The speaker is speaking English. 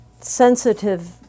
sensitive